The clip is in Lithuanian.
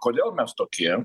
kodėl mes tokie